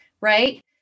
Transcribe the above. right